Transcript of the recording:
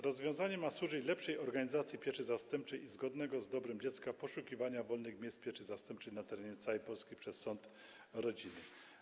Rozwiązanie to ma służyć lepszej organizacji pieczy zastępczej i zgodnemu z dobrem dziecka poszukiwaniu wolnych miejsc pieczy zastępczej na terenie całej Polski przez sąd rodzinny.